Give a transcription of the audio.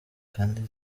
kandi